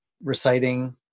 reciting